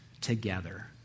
together